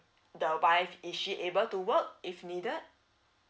the wife is she able to work if needed